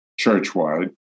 Churchwide